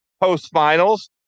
post-finals